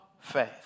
faith